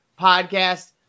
podcast